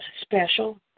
special